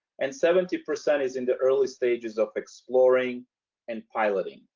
and seventy percent is in the early stages of exploring and piloting.